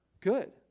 Good